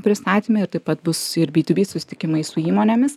pristatyme ir taip pat bus ir by tiu by susitikimai su įmonėmis